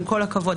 עם כל הכבוד,